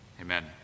Amen